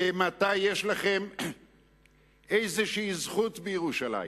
מאימתי יש לכם איזו זכות בירושלים?